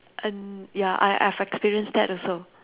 uh ya I I've experienced that also